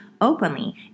openly